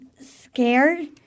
scared